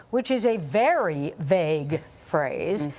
which is a very vague phrase.